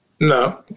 No